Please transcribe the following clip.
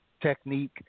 Technique